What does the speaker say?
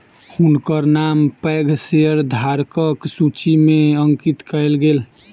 हुनकर नाम पैघ शेयरधारकक सूचि में अंकित कयल गेल